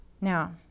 now